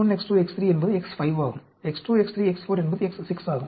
X2 X3 X4 என்பது X6 ஆகும்